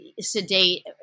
sedate